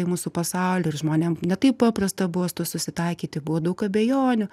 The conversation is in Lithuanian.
į mūsų pasaulį ir žmonėms ne taip paprasta buvo su tuo susitaikyti buvo daug abejonių